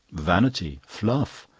vanity, fluff,